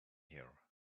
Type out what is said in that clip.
here